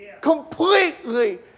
completely